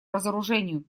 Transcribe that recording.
разоружению